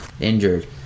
injured